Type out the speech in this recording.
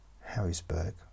Harrisburg